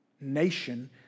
nation